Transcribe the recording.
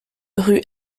rue